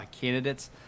candidates